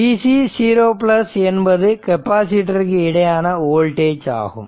Vc 0 என்பது capacitor இருக்கு இடையேயான வோல்டேஜ் ஆகும்